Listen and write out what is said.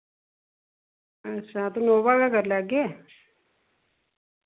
अच्छा ते नोवा गै करी लैगे